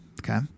Okay